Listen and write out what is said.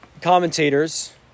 commentators